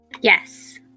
Yes